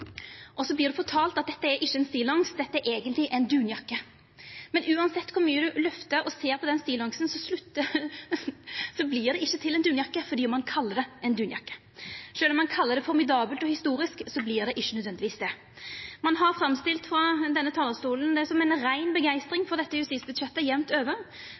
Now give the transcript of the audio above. og så vert du fortalt at dette ikkje er ein stillongs; det er eigentleg ei dunjakke. Men uansett kor mykje du ser på den stillongsen, vert det ikkje ei dunjakke fordi ein kallar det ei dunjakke. Sjølv om ein kallar budsjettet formidabelt og historisk, er det ikkje nødvendigvis det. Ein har frå denne talarstolen framstilt det som om det jamt over er ei rein